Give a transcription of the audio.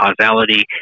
causality